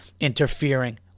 interfering